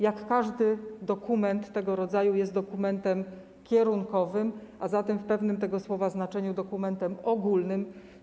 Jak każdy dokument tego rodzaju, jest dokumentem kierunkowym, a zatem w pewnym tego słowa znaczeniu dokumentem ogólnym.